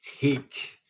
take